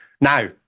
Now